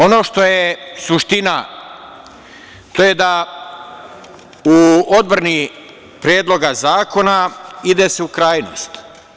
Ono što je suština to je da u odbrani Predloga zakona ide se u krajnost.